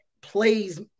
plays